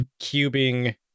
cubing